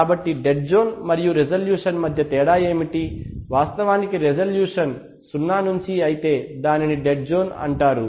కాబట్టి dead zone మరియు resolution మధ్య తేడా ఏమిటి వాస్తవానికి రిజల్యూషన్ 0 నుంచి అయితే దానిని డెడ్ జోన్ అంటారు